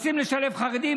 רוצים לשלב חרדים,